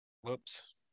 whoops